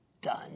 done